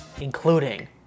including